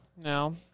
No